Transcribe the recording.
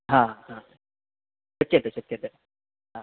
हा हा शक्यते शक्यते हा